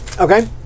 Okay